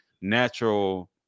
natural